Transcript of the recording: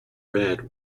redd